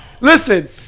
listen